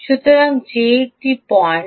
সুতরাং যে একটি পয়েন্ট